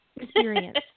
Experience